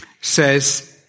says